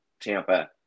Tampa